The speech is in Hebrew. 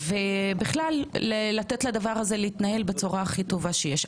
ובכלל נותנים לדבר הזה להתנהל בצורה הכי טובה שיש.